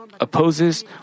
opposes